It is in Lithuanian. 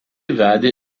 vedė